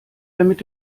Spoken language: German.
damit